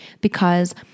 because-